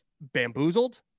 bamboozled